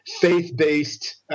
faith-based